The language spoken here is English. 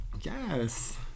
yes